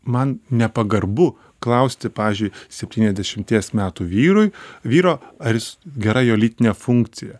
man nepagarbu klausti pavyzdžiui septyniasdešimties metų vyrui vyro ar jis gera jo lytinė funkcija